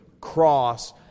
cross